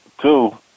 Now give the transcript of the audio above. Two